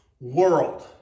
world